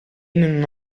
non